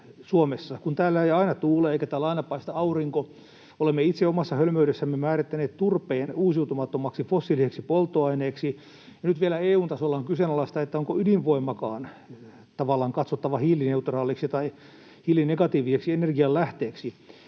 Suomessa, kun täällä ei aina tuule eikä täällä aina paista aurinko? Olemme itse omassa hölmöydessämme määrittäneet turpeen uusiutumattomaksi, fossiiliseksi polttoaineeksi, ja nyt vielä EU:n tasolla on kyseenalaista, onko ydinvoimakaan tavallaan katsottava hiilineutraaliksi tai hiilinegatiiviseksi energianlähteeksi.